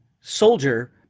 soldier